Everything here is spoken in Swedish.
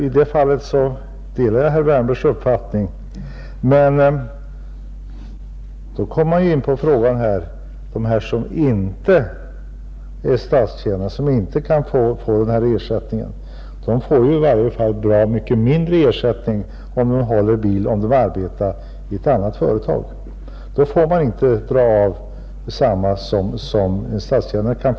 I det fallet delar jag herr Wärnbergs uppfattning. Men då kommer man ju in på frågan att anställda s4m inte är statstjänare och som inte kan få den här ersättningen erhåller en bra mycket mindre ersättning, om de håller bil i företaget. De får inte dra av lika mycket som en statstjänare får göra.